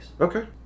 Okay